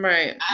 Right